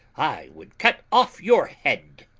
i would cut off your head!